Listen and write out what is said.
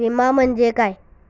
विमा म्हणजे काय?